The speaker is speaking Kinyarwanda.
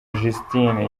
justine